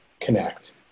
connect